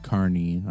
Carney